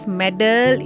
medal